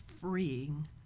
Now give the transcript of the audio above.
freeing